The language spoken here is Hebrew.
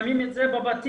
שמים את זה בבתים,